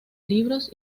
libros